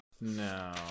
No